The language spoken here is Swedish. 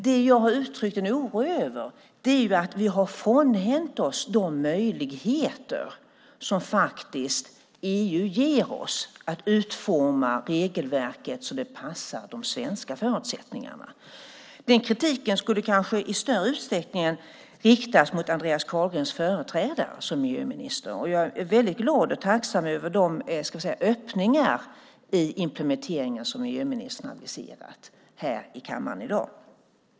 Det jag har uttryckt en oro över är att vi har frånhänt oss de möjligheter som EU ger oss att utforma regelverket så att det passar de svenska förutsättningarna. Den kritiken skulle kanske i större utsträckning riktas mot Andreas Carlgrens företrädare som miljöminister. Jag är väldigt glad och tacksam över de öppningar i implementeringen som miljöministern har aviserat här i kammaren i dag.